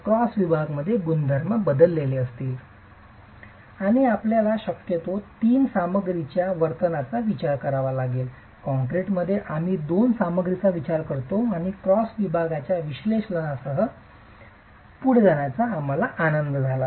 तर क्रॉस विभाग गुणधर्म बदलेल आणि आपल्याला शक्यतो तीन सामग्रीच्या वर्तनाचा विचार करावा लागेल कॉंक्रिटमध्ये आम्ही दोन सामग्रीचा विचार करतो आणि क्रॉस विभागाच्या विश्लेषणासह पुढे जाण्यास आम्हाला आनंद झाला